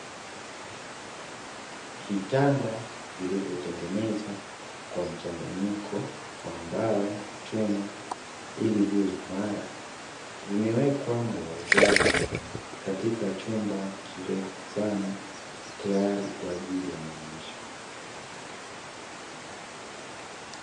Vitanda vilivyotengenezwa kwa mchanganyiko wa mbao na chuma, ili viwe imara vimewekwa na wauzaji katika chumba kirefu sana tayari kwa ajili ya maonyesho.